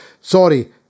sorry